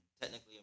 technically